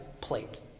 plate